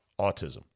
autism